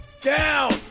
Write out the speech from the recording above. down